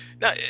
now